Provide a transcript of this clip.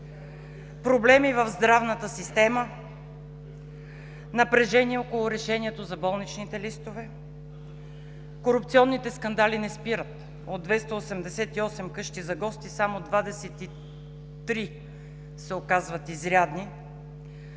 проблеми в здравната система; напрежение около решението за болничните листове; корупционните скандали не спират – от 288 къщи за гости само 23 се оказват изрядни;